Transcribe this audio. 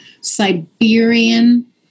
Siberian